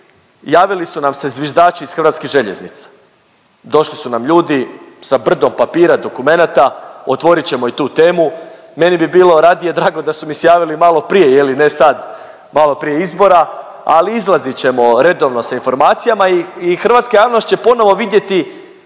javili su nam se zviždači iz Hrvatskih željeznica, došli su nam ljudi sa brdom papira, dokumenata, otvorit ćemo i tu temu. Meni bi bilo radije drago da su mi se javili maloprije ne sad, malo prije izbora, ali izlazit ćemo redovno s informacijama i hrvatska javnost će ponovo vidjeti